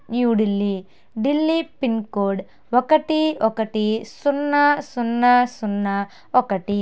New Delhi Delhi pin code ఒకటి ఒకటి సున్నా సున్నా సున్నా ఒకటి